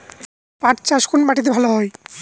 পাট চাষ কোন মাটিতে ভালো হয়?